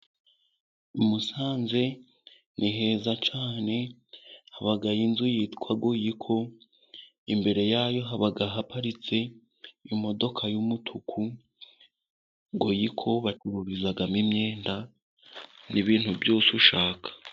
I Musanze ni heza cyane habayo inzu yitwa Goyiko, imbere yayo haba haparitse imodoka y'umutuku Goyiko bacururizamo imyenda n'ibintu byose ushaka.